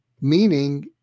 meaning